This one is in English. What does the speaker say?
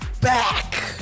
back